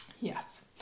Yes